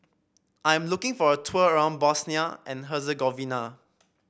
I am looking for a tour around Bosnia and Herzegovina